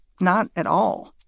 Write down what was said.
not at all